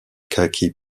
khaki